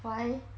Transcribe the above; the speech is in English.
why